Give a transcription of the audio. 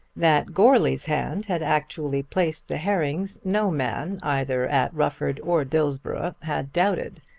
that goarly's hand had actually placed the herrings no man either at rufford or dillsborough had doubted.